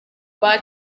rwa